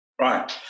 Right